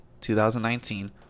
2019